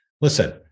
listen